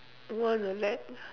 want to let